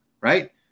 right